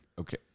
Okay